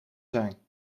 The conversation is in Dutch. zijn